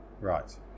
Right